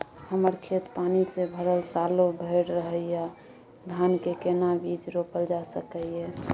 हमर खेत पानी से भरल सालो भैर रहैया, धान के केना बीज रोपल जा सकै ये?